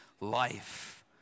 life